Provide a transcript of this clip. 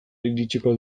iritsiko